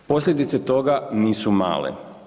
Posljedice toga nisu male.